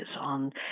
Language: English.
on